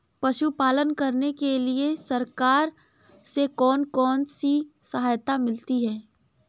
पशु पालन करने के लिए सरकार से कौन कौन सी सहायता मिलती है